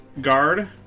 guard